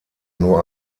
nur